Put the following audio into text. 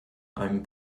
einem